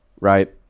right